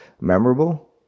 memorable